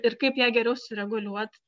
ir kaip ją geriau sureguliuot